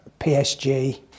PSG